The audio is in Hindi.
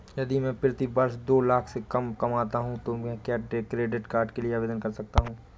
यदि मैं प्रति वर्ष दो लाख से कम कमाता हूँ तो क्या मैं क्रेडिट कार्ड के लिए आवेदन कर सकता हूँ?